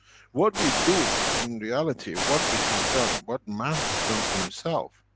what we do in reality, what we have done, what man has done to himself